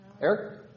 Eric